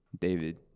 David